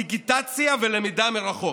דיגיטציה ולמידה מרחוק,